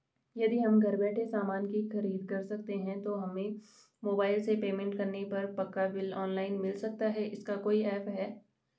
यदि हम घर बैठे सामान की खरीद करते हैं तो हमें मोबाइल से पेमेंट करने पर पक्का बिल ऑनलाइन मिल सकता है इसका कोई ऐप है